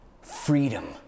freedom